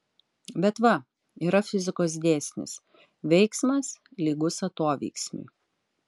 bet va yra fizikos dėsnis veiksmas lygus atoveiksmiui